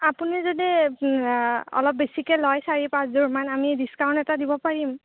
আপুনি যদি অলপ বেছিকে লয় চাৰি পাঁচ যোৰমান আমি ডিস্কাউণ্ট এটা দিব পাৰিম